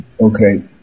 Okay